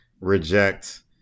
reject